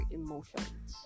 emotions